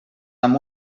amb